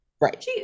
right